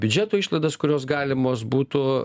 biudžeto išlaidos kurios galimos būtų